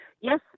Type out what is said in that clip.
Yes